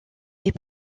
est